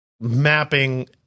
mapping